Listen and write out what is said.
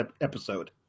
episode